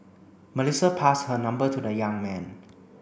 Melissa passed her number to the young man